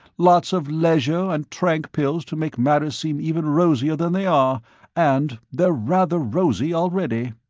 lots of leisure and trank pills to make matters seem even rosier than they are and they're rather rosy already.